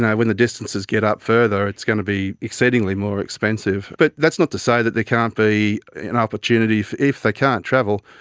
and when the distances get up further it's going to be exceedingly more expensive. but that's not to say that there can't be an opportunity, if if they can't travel,